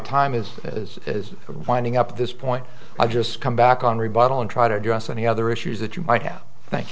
time is as is winding up at this point i'll just come back on rebuttal and try to address any other issues that you might have thank